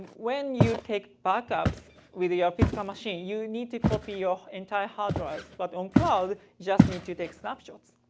when you take backups with your physical machine, you need to copy your entire hard drives. but on cloud, you just need to take snapshots.